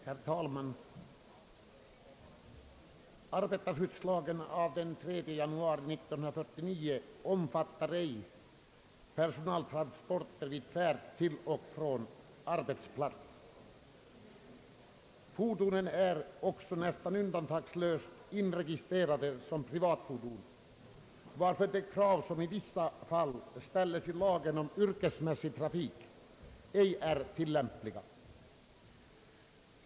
Herr talman! Arbetarskyddslagen av den 3 januari 1949 omfattar ej personaltransporter vid färd till och från arbetsplats. Fordonen är också nästan undantagslöst inregistrerade som privatfordon, varför de krav som i vissa fall ställs 1 lagen om yrkesmässig trafik ej är tilllämpliga.